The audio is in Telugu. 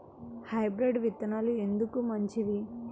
హైబ్రిడ్ విత్తనాలు ఎందుకు మంచివి?